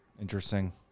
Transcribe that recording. Interesting